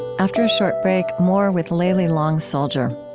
after a short break, more with layli long soldier.